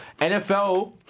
NFL